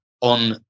on